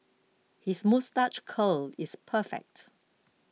his moustache curl is perfect